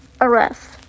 arrest